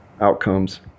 outcomes